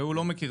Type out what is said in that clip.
והוא לא מכיר.